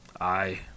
Aye